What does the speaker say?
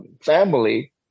family